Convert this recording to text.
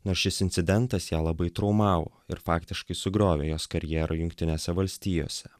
nors šis incidentas ją labai traumavo ir faktiškai sugriovė jos karjerą jungtinėse valstijose